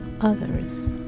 others